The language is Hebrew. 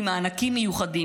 ממענקים מיוחדים.